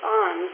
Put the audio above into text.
on